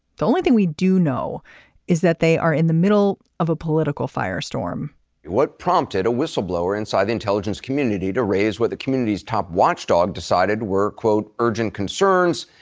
the only thing we do know is that they are in the middle of a political firestorm what prompted a whistleblower inside the intelligence community to raise what the community's top watchdog decided were quote urgent concerns.